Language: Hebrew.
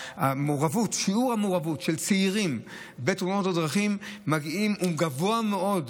שיעור המעורבות של צעירים בתאונות הדרכים הוא גבוה מאוד,